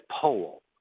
poll